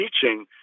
teaching